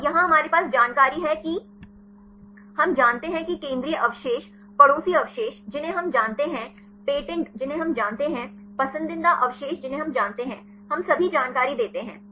और यहाँ हमारे पास जानकारी है कि हम जानते हैं कि केंद्रीय अवशेष पड़ोसी अवशेष जिन्हें हम जानते हैं पेटेंट जिन्हें हम जानते हैं पसंदीदा अवशेष जिन्हें हम जानते हैं हम सभी जानकारी देते हैं